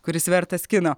kuris vertas kino